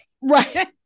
right